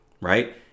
right